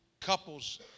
couples